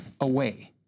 away